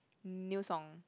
new song